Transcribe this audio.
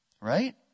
Right